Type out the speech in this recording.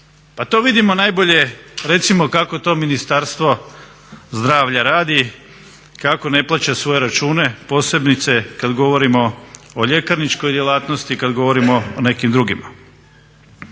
Pa to vidimo najbolje recimo kako to Ministarstvo zdravlja radi, kako ne plaća svoje račune, posebice kad govorimo o ljekarničkoj djelatnosti i kad govorimo o nekim drugima.